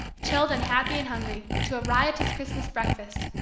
chilled and happy and hungry, to a riotous christmas breakfast,